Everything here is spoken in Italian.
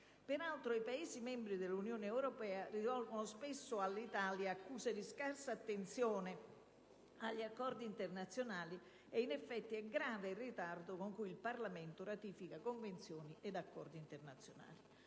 Peraltro, i Paesi membri dell'Unione europea rivolgono spesso all'Italia accuse di scarsa attenzione agli Accordi internazionali ed in effetti è grave il ritardo con cui il Parlamento ratifica Convenzioni ed Accordi internazionali.